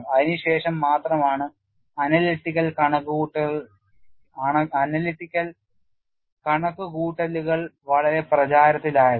അതിനുശേഷം മാത്രമാണ് അനലിറ്റിക്കൽ കണക്കുകൂട്ടലുകൾ വളരെ പ്രചാരത്തിലായത്